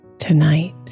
Tonight